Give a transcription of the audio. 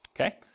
Okay